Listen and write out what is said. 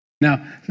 Now